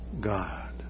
God